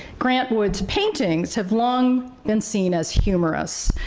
grant wood's paintings have long been seen as humorous,